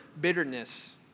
bitterness